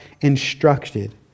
instructed